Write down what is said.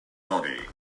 body